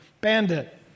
bandit